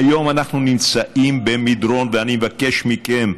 היום אנחנו נמצאים במדרון, ואני מבקש מכם,